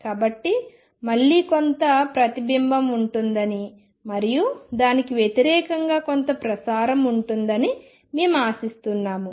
కాబట్టి మళ్ళీ కొంత ప్రతిబింబం ఉంటుందని మరియు దానికి వ్యతిరేకంగా కొంత ప్రసారం ఉంటుందని మేము ఆశిస్తున్నాము